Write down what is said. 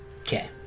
Okay